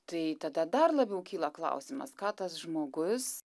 tai tada dar labiau kyla klausimas ką tas žmogus